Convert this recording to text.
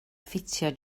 ffitio